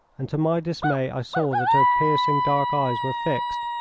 and to my dismay i saw that her piercing dark eyes were fixed,